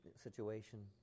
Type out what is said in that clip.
situation